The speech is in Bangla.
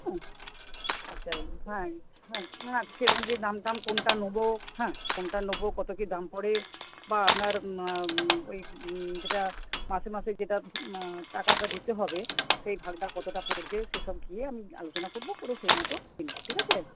হ্যাঁ আচ্ছা হ্যাঁ কিরম কি দামটাম কোনটা নেব হ্যাঁ কোনটা নেব কত কি দাম পড়ে বা আপনার ওই যেটা মাসে মাসে যেটা টাকাটা দিতে হবে সেই ভাগটা কতটা পড়বে সেসব গিয়ে আমি আলোচনা করব করে সেই মতো কিনব ঠিক আছে